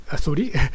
sorry